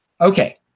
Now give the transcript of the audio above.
Okay